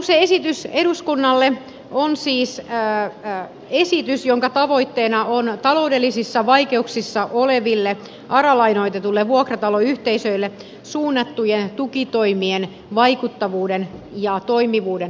hallituksen esitys eduskunnalle on siis esitys jonka tavoitteena on taloudellisissa vaikeuksissa oleville ara lainoitetuille vuokrataloyhteisöille suunnattujen tukitoimien vaikuttavuuden ja toimivuuden parantaminen